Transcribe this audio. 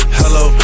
hello